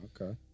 Okay